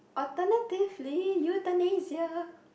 alternatively euthanasia